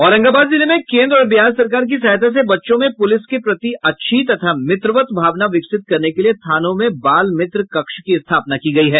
औरंगाबाद जिले में केंद्र और बिहार सरकार की सहायता से बच्चों में पुलिस के प्रति अच्छी तथा मित्रवत भावना विकसित करने के लिए थानों में बालमित्र कक्ष की स्थापना की गयी है